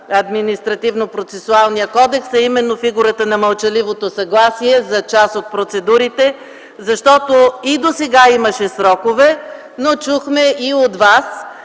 Административнопроцесуалния кодекс, а именно фигурата на мълчаливото съгласие за част от процедурите. И досега имаше срокове, но чухме и от Вас,